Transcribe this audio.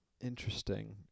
Interesting